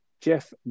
Jeff